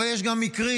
אבל יש גם מקרים,